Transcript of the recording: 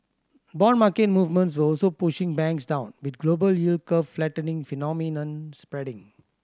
bond market movements were also pushing banks down with global yield curve flattening phenomenon spreading